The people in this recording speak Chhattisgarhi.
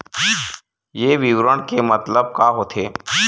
ये विवरण के मतलब का होथे?